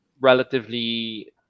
relatively